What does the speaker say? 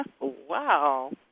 Wow